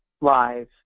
live